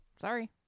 Sorry